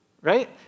right